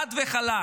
חד וחלק.